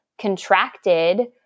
contracted